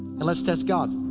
and let's test god.